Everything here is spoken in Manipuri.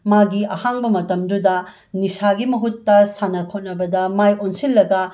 ꯃꯥꯒꯤ ꯑꯍꯥꯡꯕ ꯃꯇꯝꯗꯨꯗ ꯅꯤꯁꯥꯒꯤ ꯃꯍꯨꯠꯇ ꯁꯥꯟꯅ ꯈꯣꯠꯅꯕꯗ ꯃꯥꯏ ꯑꯣꯟꯁꯤꯜꯂꯒ